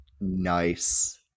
Nice